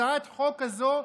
הצעת החוק הזו,